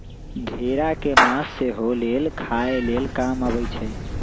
भेड़ा के मास सेहो लेल खाय लेल काम अबइ छै